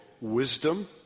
wisdom